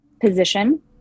position